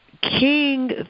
King